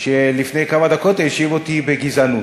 שלפני כמה דקות האשים אותי בגזענות.